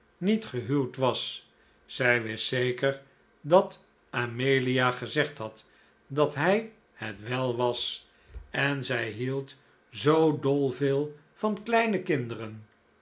niet gehuwd was zij wist zeker dat amelia gezegd had dat hij het wel was en zij hield zoo dolveel van kleine kinderen